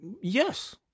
Yes